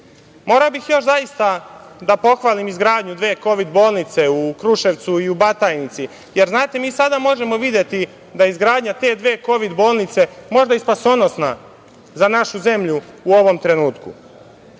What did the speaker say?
bih zaista da pohvalim izgradnju dve kovid bolnice u Kruševcu i u Batajnici, jer znate, mi sada možemo videti da izgradnja te dve kovid bolnice može biti spasonosna za našu zemlju u ovom trenutku. Srbija